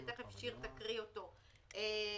ששיר תקרא תיכף,